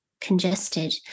congested